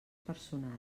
personals